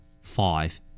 Five